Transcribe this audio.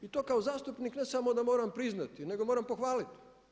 I to kao zastupnik ne samo da moram priznati nego moram pohvaliti.